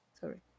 sorry